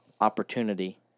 opportunity